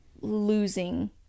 losing